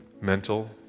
mental